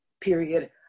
period